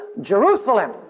Jerusalem